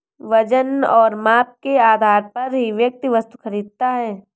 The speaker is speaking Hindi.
वजन और माप के आधार पर ही व्यक्ति वस्तु खरीदता है